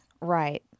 Right